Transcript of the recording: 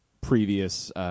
previous